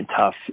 tough